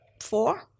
four